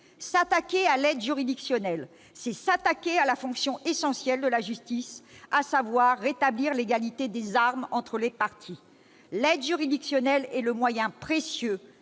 S'attaquer à l'aide juridictionnelle, c'est s'attaquer à la fonction essentielle de la justice, à savoir rétablir l'égalité des armes entre les parties. L'aide juridictionnelle est un moyen précieux